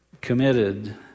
committed